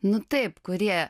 nu taip kūrėja